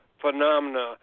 phenomena